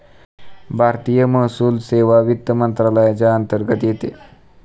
भारतीय महसूल सेवा वित्त मंत्रालयाच्या अंतर्गत येते